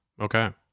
Okay